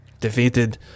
defeated